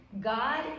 God